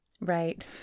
right